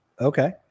Okay